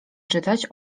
czytać